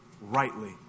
rightly